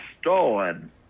stolen